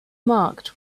marked